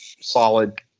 solid